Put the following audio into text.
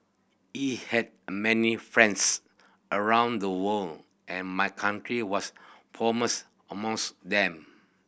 he had many friends around the world and my country was foremost amongst them